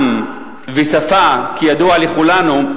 עם ושפה, כידוע לכולנו,